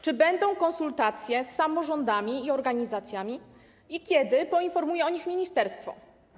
Czy będą konsultacje z samorządami i organizacjami i kiedy poinformuje o nich ministerstwo?